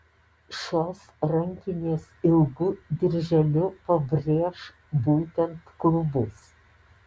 šios rankinės ilgu dirželiu pabrėš būtent klubus